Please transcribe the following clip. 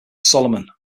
solomon